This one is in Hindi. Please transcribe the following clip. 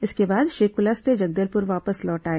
इसके बाद श्री कुलस्ते जगदलपुर वापस लौट आए